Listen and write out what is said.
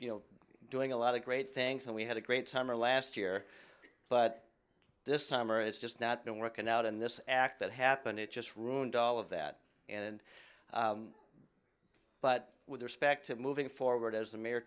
e doing a lot of great things and we had a great summer last year but this time or it's just not been working out and this act that happened it just ruined all of that and but with respect to moving forward as the mayor